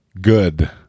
good